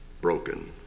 broken